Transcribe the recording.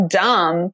dumb